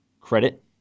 credit